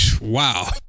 Wow